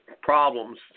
problems